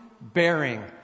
bearing